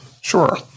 Sure